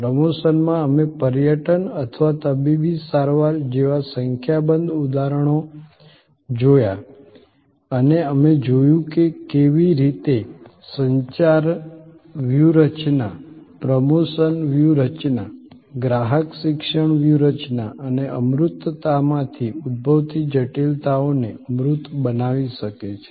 પ્રમોશનમાં અમે પર્યટન અથવા તબીબી સારવાર જેવા સંખ્યાબંધ ઉદાહરણો જોયા અને અમે જોયું કે કેવી રીતે સંચાર વ્યૂહરચના પ્રમોશન વ્યૂહરચના ગ્રાહક શિક્ષણ વ્યૂહરચના અમૂર્તતામાંથી ઉદ્ભવતી જટિલતાઓને મૂર્ત બનાવી શકે છે